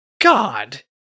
God